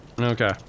Okay